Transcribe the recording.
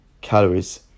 calories